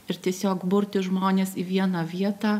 ir tiesiog burti žmones į vieną vietą